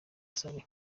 saleh